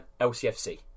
LCFC